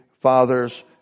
fathers